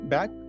Back